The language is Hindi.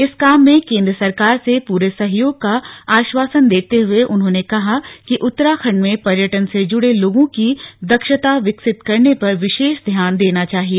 इस काम में केंद्र सरकार से पूरे सहयोग का आश्वासन देते हुए उन्होंने कहा कि उत्तराखण्ड में पर्यटन से जुड़े लोगों की दक्षता विकसित करने पर विशेष ध्यान देना चाहिए